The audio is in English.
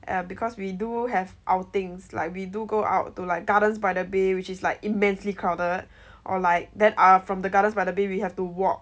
yeah because we do have outings like we do go out to like gardens by the bay which is like immensely crowded or like then ah from the gardens by the bay we have to walk